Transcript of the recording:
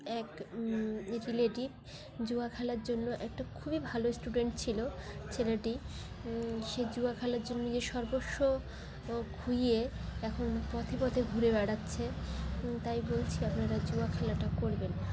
এক রিলেটিভ জুয়া খেলার জন্য একটা খুবই ভালো স্টুডেন্ট ছিল ছেলেটি সে জুয়া খেলার জন্য নিজের সর্বস্ব খুইয়ে এখন পথে পথে ঘুরে বেড়াচ্ছে তাই বলছি আপনারা জুয়া খেলাটা করবেন না